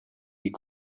est